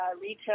retail